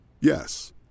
Yes